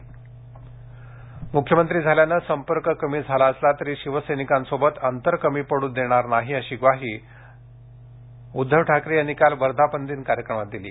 शिवसेना वर्धापनदिन म्ख्यमंत्री झाल्यानं संपर्क कमी झाला असला तरी शिवसैनिकांसोबत अंतर कमी पडू देणार नाही अशी ग्वाही उद्धव ठाकरे यांनी काल वर्धापन दिन कार्यक्रमात दिली